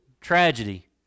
tragedy